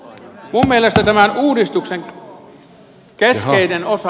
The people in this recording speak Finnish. minun mielestä tämän uudistuksen keskeinen osa